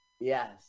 Yes